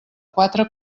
quatre